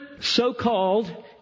so-called